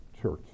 church